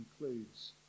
includes